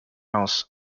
house